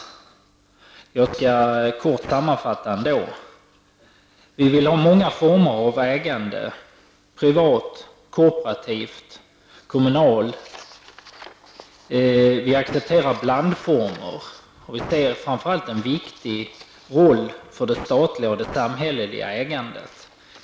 Jag skall ge en kort sammanfattning. Vi vill ha många former av ägande -- privat, kooperativt och kommunalt. Vi accepterar blandformer, och vi ser framför allt en viktig roll för det statliga och samhälleliga ägandet.